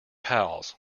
pals